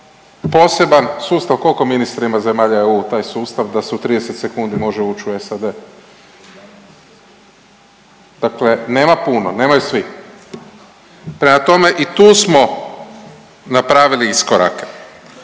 poseban sustav, koliko ministre ima zemalja EU taj sustav da se u 30 sekundi može uć u SAD? Dakle, nema puno, nemaju svi. Prema tome i tu smo napravili iskorake.